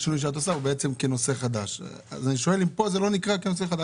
אני שואל אם כאן זה לא נקרא נושא חדש.